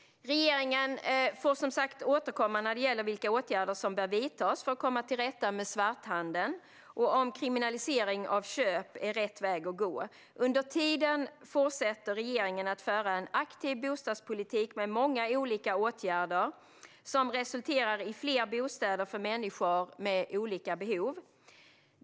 Regeringen får som sagt återkomma när det gäller vilka åtgärder som bör vidtas för att komma till rätta med svarthandeln och om kriminalisering av köp är rätt väg att gå. Under tiden fortsätter regeringen att föra en aktiv bostadspolitik med många olika åtgärder som resulterar i fler bostäder för människor med olika behov.